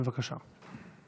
בבקשה.